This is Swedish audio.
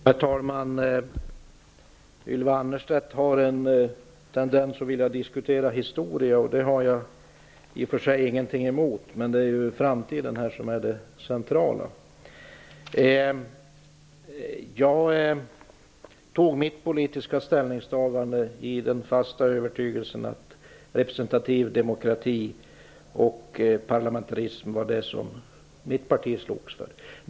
Herr talman! Ylva Annerstedt har en tendens att vilja diskutera historia. Det har jag i och för sig ingenting emot, men det är framtiden som är det centrala. Jag gjorde mitt politiska ställningstagande i den fasta övertygelsen att representativ demokrati och parlamentarism var det som mitt parti slogs för.